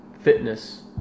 fitness